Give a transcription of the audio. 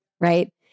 right